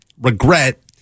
regret